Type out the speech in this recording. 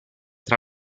tra